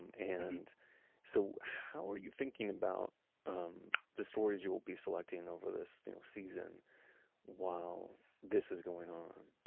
and and so, how were you thinking about um the stories you will be selecting over this you know season while this is going on?